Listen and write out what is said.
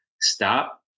stop